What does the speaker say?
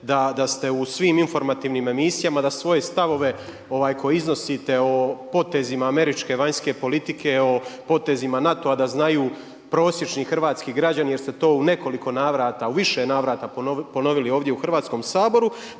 da ste u svim informativnim emisijama, da svoje stavove koje iznosite o potezima američke vanjske politike, o potezima NATO-a da znaju prosječni hrvatski građani jer ste to u nekoliko navrata, u više navrata ponovili ovdje u Hrvatskom saboru.